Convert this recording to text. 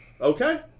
okay